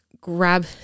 grab